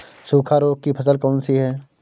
सूखा रोग की फसल कौन सी है?